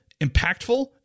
impactful